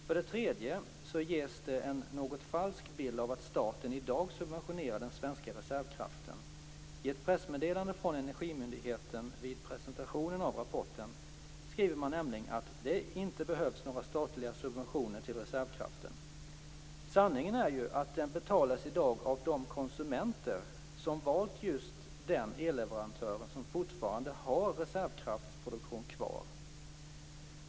För det tredje ges en något falsk bild av att staten i dag subventionerar den svenska reservkraften. I ett pressmeddelande från Energimyndigheten vid presentationen av rapporten skriver man nämligen att det inte behövs några statliga subventioner till reservkraften. Sanningen är ju att den betalas i dag av de konsumenter som valt just den elleverantör som fortfarande har reservkraftsproduktion kvar.